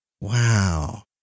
Wow